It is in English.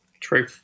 True